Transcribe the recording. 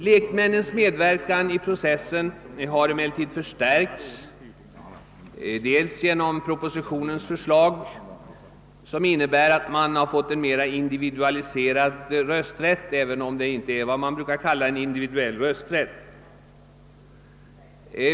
Lekmännens medverkan vid processerna har förstärkts genom propositionens förslag, som innebär att vi får en mera individualiserad rösträtt, även om den rätten inte är vad man annars brukar kalla för individuell rösträtt.